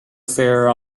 fair